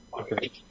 Okay